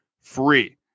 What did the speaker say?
free